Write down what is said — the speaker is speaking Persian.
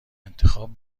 انتخاب